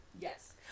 yes